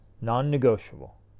non-negotiable